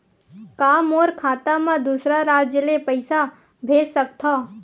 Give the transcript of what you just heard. का मोर खाता म दूसरा राज्य ले पईसा भेज सकथव?